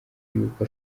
yuko